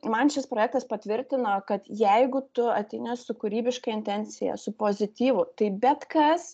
man šis projektas patvirtino kad jeigu tu ateini su kūrybiška intencija su pozityvu tai bet kas